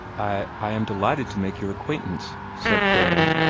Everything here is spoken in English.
i i am delighted to make your acquaintance, said theron,